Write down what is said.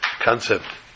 concept